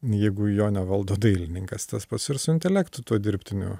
jeigu jo nevaldo dailininkas tas pats ir su intelektu tuo dirbtiniu